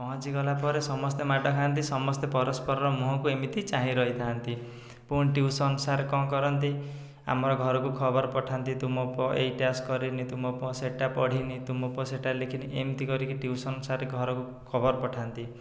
ପହଞ୍ଚି ଗଲାପରେ ସମସ୍ତେ ମାଡ ଖାଆନ୍ତି ସମସ୍ତେ ପରସ୍ପରର ମୁହଁକୁ ଏମିତି ଚାହିଁ ରହିଥାନ୍ତି ପୁଣି ଟ୍ୟୁସନ୍ ସାର୍ କ'ଣ କରନ୍ତି ଆମର ଘରକୁ ଖବର ପଠାନ୍ତି ତୁମ ପୁଅ ଏହି ଟାସ୍କ୍ କରିନି ତୁମ ପୁଅ ସେଇଟା ପଢ଼ିନି ତୁମ ପୁଅ ସେଇଟା ଲେଖିନି ଏମିତି କରିକି ଟ୍ୟୁସନ୍ ସାର୍ ଘରକୁ ଖବର ପଠାନ୍ତି